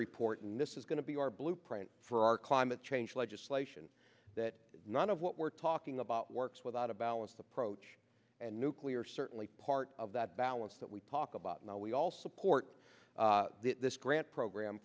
report and this is going to be our blueprint for our climate change legislation that none of what we're talking about works without a balanced approach and nuclear certainly part of that balance that we talk about now we all support this grant program